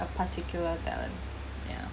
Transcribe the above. a particular talent yeah